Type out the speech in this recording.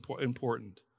important